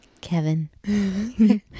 kevin